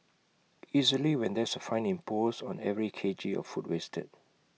easily when there's A fine imposed on every K G of food wasted